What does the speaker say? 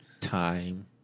time